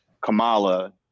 Kamala